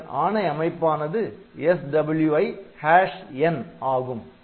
இதன் ஆணை அமைப்பானது SWI n ஆகும்